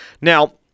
Now